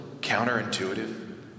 counterintuitive